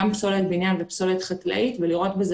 גם פסולת בניין ופסולת חקלאית לראות בזה